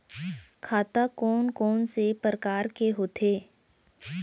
खाता कोन कोन से परकार के होथे?